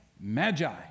Magi